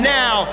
now